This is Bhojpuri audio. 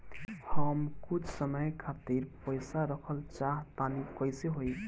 हम कुछ समय खातिर पईसा रखल चाह तानि कइसे होई?